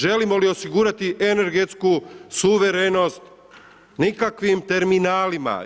Želimo li osigurati energetsku suverenost nikakvim terminalima.